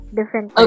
different